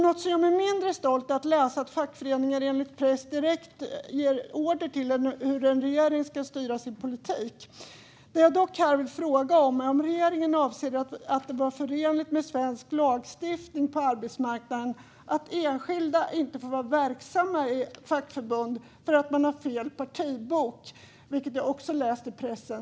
Något som gör mig mindre stolt är när jag läser att fackföreningar enligt pressen ger direkt order om hur en regering ska styra sin politik. Det jag dock vill fråga om är ifall regeringen anser att det är förenligt med svensk lagstiftning för arbetsmarknaden att enskilda inte får vara verksamma i fackförbund om de har fel partibok, vilket jag också har läst i pressen.